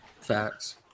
Facts